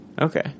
Okay